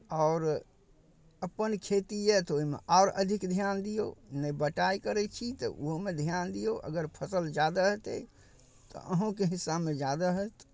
आओर अपन खेती यए तऽ ओहिमे आओर अधिक ध्यान दियौ नहि बटाइ करै छी तऽ ओहूमे ध्यान दियौ अगर फसल ज्यादा हेतै तऽ अहूँके हिस्सामे ज्यादा हएत